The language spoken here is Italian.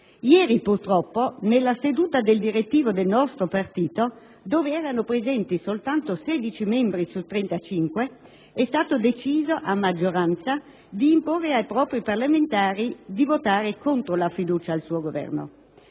Ieri, purtroppo, nella seduta del direttivo del nostro partito, dove erano presenti soltanto 16 membri su 35, è stato deciso a maggioranza di imporre ai propri parlamentari di votare contro la fiducia al suo Governo.